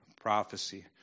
prophecy